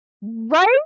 right